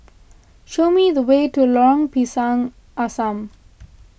show me the way to Lorong Pisang Asam